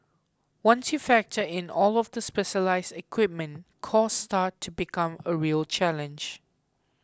once you factor in all of the specialised equipment cost starts to become a real challenge